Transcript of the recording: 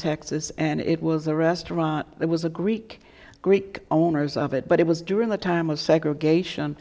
texas and it was a restaurant there was a greek greek owners of it but it was during the time of segregation